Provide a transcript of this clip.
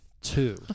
two